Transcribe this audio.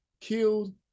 killed